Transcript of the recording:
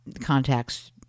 contacts